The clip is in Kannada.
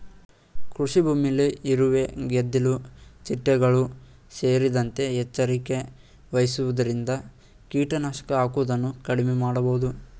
ಕೃಷಿಭೂಮಿಯಲ್ಲಿ ಇರುವೆ, ಗೆದ್ದಿಲು ಚಿಟ್ಟೆಗಳು ಸೇರಿದಂತೆ ಎಚ್ಚರಿಕೆ ವಹಿಸುವುದರಿಂದ ಕೀಟನಾಶಕ ಹಾಕುವುದನ್ನು ಕಡಿಮೆ ಮಾಡಬೋದು